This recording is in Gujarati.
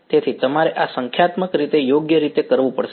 તેથી તમારે આ સંખ્યાત્મક રીતે યોગ્ય રીતે કરવું પડશે